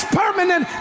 permanent